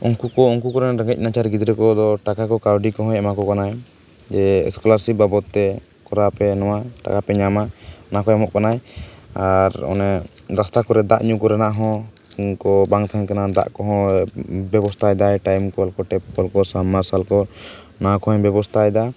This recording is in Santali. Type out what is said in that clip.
ᱩᱱᱠᱩ ᱠᱚ ᱩᱱᱠᱩ ᱠᱚᱨᱮᱱ ᱨᱮᱸᱜᱮᱡ ᱱᱟᱪᱟᱨ ᱜᱤᱫᱽᱨᱟᱹ ᱠᱚ ᱠᱚᱫᱚ ᱴᱟᱠᱟ ᱠᱚ ᱠᱟᱹᱣᱰᱤ ᱠᱚᱦᱚᱸᱭ ᱮᱢᱟ ᱠᱚ ᱠᱟᱱᱟᱭ ᱡᱮ ᱮᱥᱠᱚᱞᱟᱥᱤᱯ ᱵᱟᱵᱚᱛ ᱛᱮ ᱠᱚᱨᱟᱣ ᱯᱮ ᱱᱚᱣᱟ ᱴᱟᱠᱟ ᱯᱮ ᱧᱟᱢᱟ ᱚᱱᱟ ᱠᱚᱭ ᱮᱢᱚᱜ ᱠᱟᱱᱟ ᱟᱨ ᱚᱱᱮ ᱨᱟᱥᱛᱟ ᱠᱚᱨᱮ ᱫᱟᱜ ᱧᱩ ᱠᱚᱨᱮ ᱱᱟᱜ ᱦᱚᱸ ᱠᱩᱸᱧ ᱠᱚ ᱵᱟᱝ ᱛᱟᱦᱮᱸ ᱠᱟᱱᱟ ᱫᱟᱜ ᱠᱚᱦᱚᱸ ᱵᱮᱵᱚᱥᱛᱟᱭᱮᱫᱟᱭ ᱴᱟᱭᱤᱢ ᱠᱚᱞ ᱠᱚ ᱴᱮᱯ ᱠᱚᱞ ᱠᱚ ᱥᱟᱢᱟᱨᱥᱟᱞ ᱠᱚ ᱚᱱᱟ ᱠᱚᱦᱚᱭ ᱵᱮᱵᱚᱛᱟᱭᱮᱫᱟᱭ